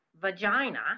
vagina